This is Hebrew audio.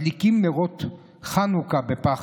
מדליקים נרות חנוכה בפחד.